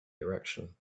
direction